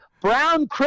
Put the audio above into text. Brown